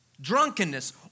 drunkenness